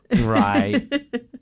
right